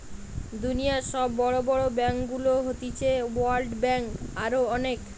দুনিয়র সব বড় বড় ব্যাংকগুলো হতিছে ওয়ার্ল্ড ব্যাঙ্ক, আরো অনেক